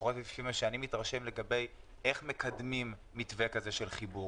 לפחות ממה שאני מתרשם לגבי איך מקדמים מתווה כזה של חיבור.